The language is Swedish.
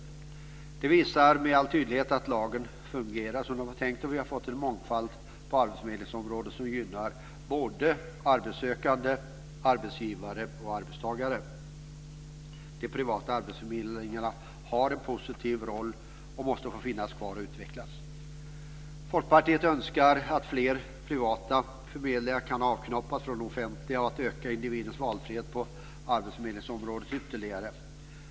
Detta visar med all tydlighet att lagen fungerar som det var tänkt. Vi har fått en mångfald på arbetsförmedlingsområdet som gynnar såväl arbetssökande som arbetsgivare och arbetstagare. De privata arbetsförmedlingarna spelar en positiv roll och måste få finnas kvar och utvecklas. Folkpartiet önskar att fler privata förmedlingar kan "avknoppas" från de offentliga för att ytterligare öka individens valfrihet på arbetsförmedlingsområdet.